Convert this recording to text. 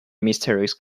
mysterious